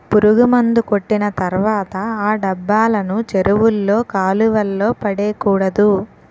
పురుగుమందు కొట్టిన తర్వాత ఆ డబ్బాలను చెరువుల్లో కాలువల్లో పడేకూడదు